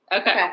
Okay